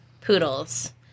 poodles